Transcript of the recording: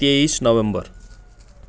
तेइस नोभेम्बर